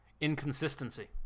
Inconsistency